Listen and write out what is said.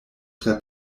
tre